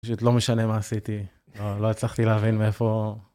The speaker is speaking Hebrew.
פשוט לא משנה מה עשיתי, לא הצלחתי להבין מאיפה...